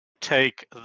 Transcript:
take